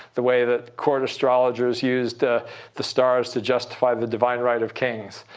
the way that court astrologers used the stars to justify the divine right of kings.